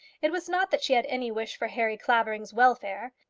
it was not that she had any wish for harry clavering's welfare.